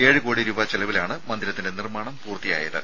ഏഴു കോടി രൂപ ചെലവിലാണ് മന്ദിരത്തിന്റെ നിർമ്മാണം പൂർത്തിയായത്